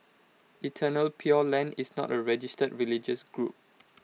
eternal pure land is not A registered religious group